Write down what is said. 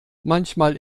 manchmal